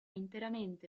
interamente